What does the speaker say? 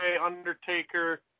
Undertaker